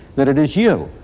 that it is you,